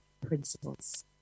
principles